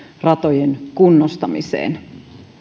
ratojen kunnostamiseen